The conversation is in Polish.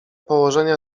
położenia